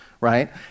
right